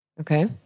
Okay